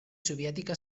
soviètica